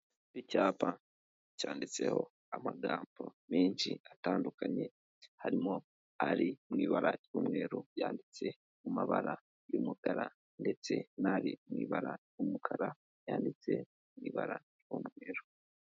Icyapa cyanditseho amagambo menshi atandukanye, harimo ari mu ibara ry'umweru yanditse mu mabara y'umukara ndetse n'ari mu ibara ry'umukara yanditse mu ibara ry'umweru.